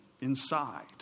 inside